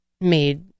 made